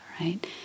right